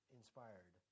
inspired